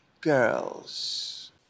girls